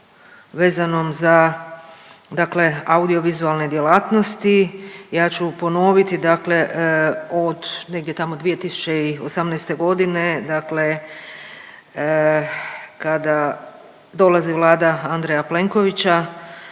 vezanom dakle za audiovizualne djelatnosti ja ću ponoviti dakle od negdje tamo 2018. dakle kada dolazi Vlada Andreja Plenkovića